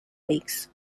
leagues